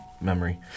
memory